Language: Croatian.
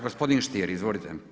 Gospodin Stier, izvolite.